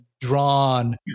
drawn